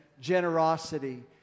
generosity